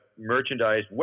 merchandise